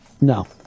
no